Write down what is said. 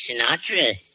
Sinatra